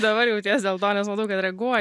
dabar jauties dėl to nes matau kad reaguoji